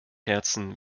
herzen